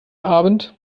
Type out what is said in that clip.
abend